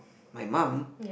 my mum